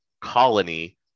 colony